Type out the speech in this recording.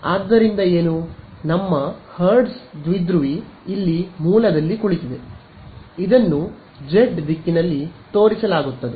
ಆದ್ದರಿಂದ ಏನು ನಮ್ಮ ಹರ್ಟ್ಜ್ನ ದ್ವಿಧ್ರುವಿ ಇಲ್ಲಿ ಮೂಲದಲ್ಲಿ ಕುಳಿತಿದೆ ಇದನ್ನು ಜೆಡ್ ದಿಕ್ಕಿನಲ್ಲಿ ತೋರಿಸಲಾಗುತ್ತದೆ